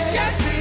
Yes